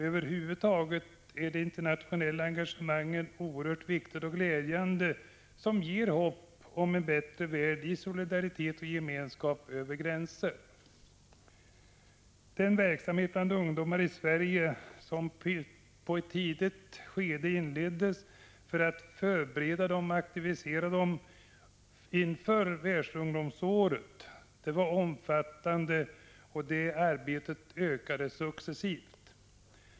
Över huvud är detta internationella engagemang oerhört viktigt och glädjande och ger hopp om en bättre värld i solidaritet och gemenskap över gränser. Den verksamhet bland ungdomar i Sverige som i ett tidigt skede inleddes för att förbereda och aktivera dem inför Världsungdomsåret var omfattande, och detta arbete ökade successivt.